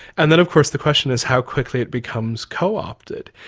and then of course the question is how quickly it becomes co-opted.